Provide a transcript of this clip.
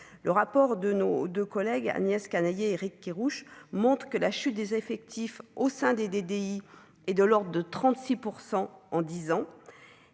le rapport de nos deux collègues Agnès Canayer Éric Kerrouche monte que la chute des effectifs au sein des DDI et de l'ordre de 36 % en 10 ans